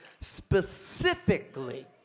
specifically